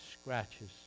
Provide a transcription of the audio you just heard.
scratches